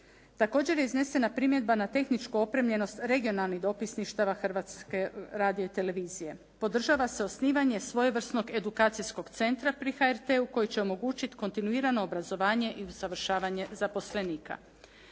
Također je iznesena i primjedba na tehničku opremljenost regionalnih dopisništava Hrvatske radiotelevizije. Podržava se osnivanje svojevrsnog edukacijskog centra pri HRT-u koji će omogućiti kontinuirano obrazovanje i usavršavanje zaposlenika.